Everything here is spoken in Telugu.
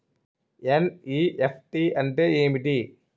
ఎన్.ఈ.ఎఫ్.టి అంటే ఏమిటి?